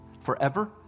forever